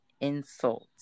insult